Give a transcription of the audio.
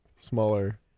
smaller